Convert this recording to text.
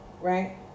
right